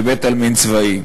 בבית-עלמין צבאי,